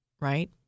right